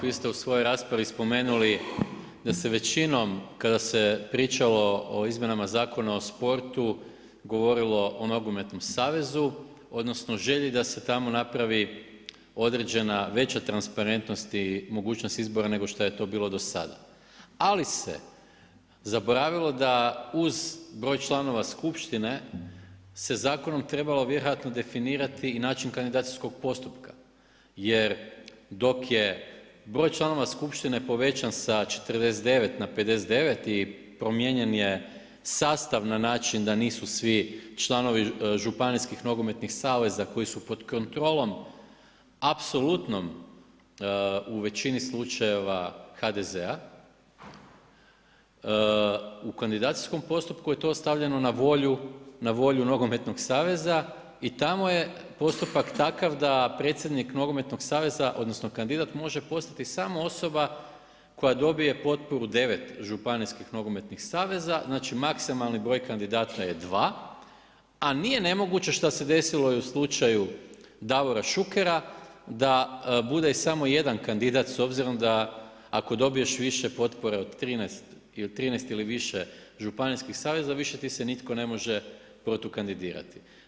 Vi ste u svojoj raspravi spomenuli da se većinom kada se pričalo o izmjenama Zakona o sportu govorilo o nogometnom savezu, odnosno želji da se tamo napravi određena veća transparentnost i mogućnost izbora nego šta je to bilo do sada, ali se zaboravilo da uz broj članova skupštine se zakonom definirati i način kandidacijskog postupka jer dok je broj članova skupštine povećan sa 49 na 59 i promijenjen je sastav na način da nisu svi članovi županijskih nogometnog saveza koji su pod kontrolom apsolutnom u većini slučajeva HDZ-a, u kandidacijskom postupku je to stavljeno na volju nogometnog saveza i tamo je postupak takav da predsjednik nogometnog saveza odnosno kandidati može postati samo osoba koja dobije potporu 9 županijskih nogometnih saveza, znači maksimalan broj kandidata je 2 a nije nemoguće šta se desilo i u slučaju Davora Šukera da bude samo 1 kandidat s obzirom da ako dobiješ više potpore od 13 ili više županijskih saveza, više ti se nitko ne može protukandidirati.